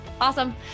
Awesome